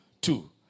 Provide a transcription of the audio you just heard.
two